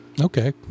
Okay